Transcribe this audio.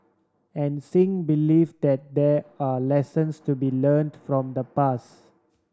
and Singh believe that there are lessons to be learnt from the pass